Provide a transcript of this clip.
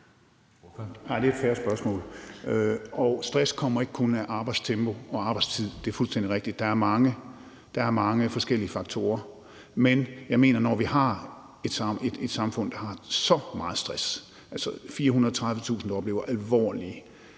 Det er et fair spørgsmål. Stress kommer ikke kun af arbejdstempo og arbejdstid; det er fuldstændig rigtigt. Der er mange forskellige faktorer. Men jeg mener, at når vi har et samfund, der har så meget stress, altså 430.000, der oplever alvorlige